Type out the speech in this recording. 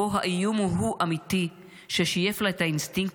/ בו האיום הוא אמיתי / ששייף לה את האינסטינקט